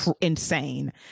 insane